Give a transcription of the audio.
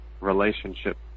relationship